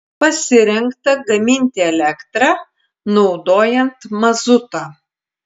pasirengta gaminti elektrą naudojant mazutą